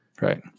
Right